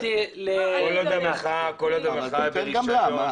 כל עוד המחאה היא ברישיון --- תן גם לה.